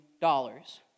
dollars